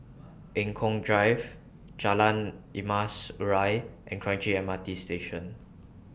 Eng Kong Drive Jalan Emas Urai and Kranji M R T Station